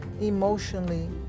emotionally